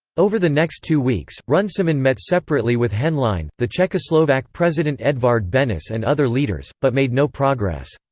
over the next two weeks, runciman met separately with henlein, the czechoslovak president edvard benes and other leaders, but made no progress.